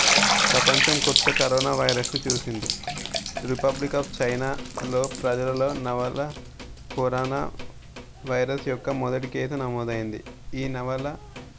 ప్రపంచం కొత్త corona virus ని చూసింది రిపబ్లిక్ ఆఫ్ చైనా లో ప్రజలలో నవల కరాన వైరస్ యొక్క మొదటి కేసు నమోదయింది ఈ నవల